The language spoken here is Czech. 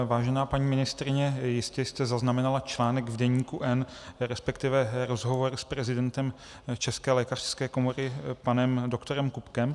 Vážená paní ministryně, jistě jste zaznamenala článek v Deníku N, resp. rozhovor s prezidentem České lékařské komory panem doktorem Kubkem.